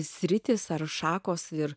sritys ar šakos ir